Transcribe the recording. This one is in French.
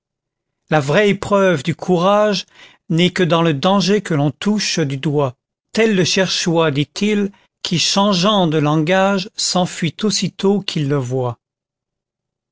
la vraie épreuve de courage est que dans le danger que l'on touche du doigt elle cherchait dit-il qui rha n géant de langage s'enfuit aussi tôt qu'il le voit